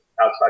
outside